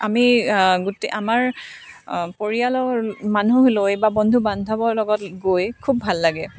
আমি আমাৰ পৰিয়ালৰ মানুহ লৈ বা বন্ধু বান্ধৱৰ লগত গৈ খুব ভাল লাগে